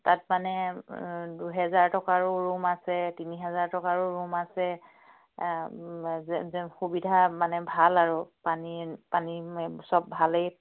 তাত মানে দুহেজাৰ টকাৰো ৰূম আছে তিনি হেজাৰ টকাৰো ৰূম আছে সুবিধা মানে ভাল আৰু পানী পানী চব ভালেই